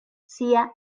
sia